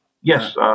yes